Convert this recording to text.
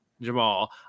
Jamal